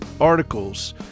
articles